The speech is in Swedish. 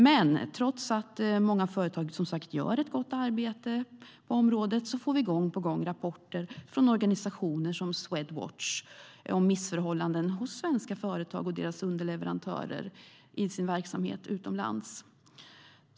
Trots att många företag gör ett gott arbete på området får vi dock gång på gång rapporter från organisationer som Swedwatch om missförhållanden hos svenska företag och deras underleverantörer i verksamheten utomlands.